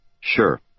Sure